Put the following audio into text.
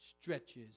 stretches